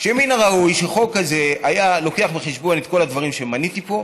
שמן הראוי היה שחוק כזה ייקח בחשבון את כל הדברים שמניתי פה,